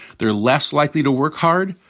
they're less likely to work hard,